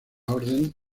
orden